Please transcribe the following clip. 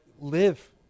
live